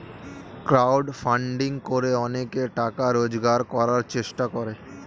crowd funding করে অনেকে টাকা রোজগার করার চেষ্টা করে